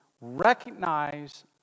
recognize